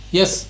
Yes